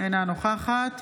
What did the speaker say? אינה נוכחת